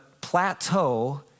plateau